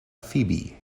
phoebe